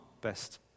best